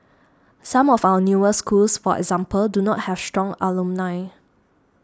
some of our newer schools for example do not have strong alumni